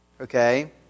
okay